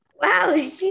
Wow